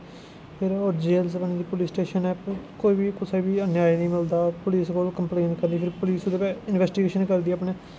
फिर जेल होर police station कोई कुसै बी अन्याय ही बंदा पुलिस कोल कंप्लेन करी सकदी पुलस इंवैस्टिगेशन करदी